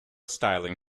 styling